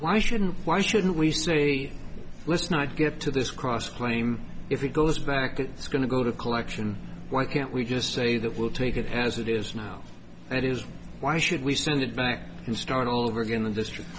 why shouldn't why shouldn't we say let's not get to this cross claim if it goes back it's going to go to collection why can't we just say that will take it has it is now and it is why should we send it back and start all over again the district